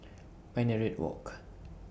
Minaret Walk